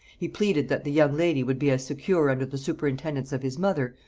he pleaded that the young lady would be as secure under the superintendance of his mother,